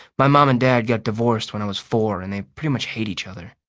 my mom and dad got divorced when i was four and they pretty much hate each other.